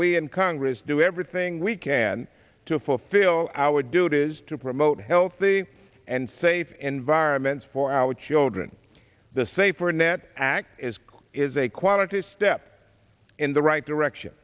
we in congress do everything we can to fulfill our duties to promote healthy and safe environments for our children the safer net act is is a quality step in the right direction